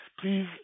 please